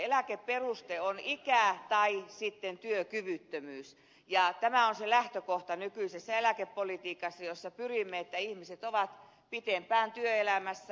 eläkeperuste on ikä tai sitten työkyvyttömyys ja tämä on se lähtökohta nykyisessä eläkepolitiikassa jossa pyrimme siihen että ihmiset ovat pitempään työelämässä